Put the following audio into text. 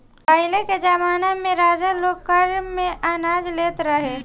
पहिले के जमाना में राजा लोग कर में अनाज लेत रहे